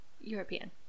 European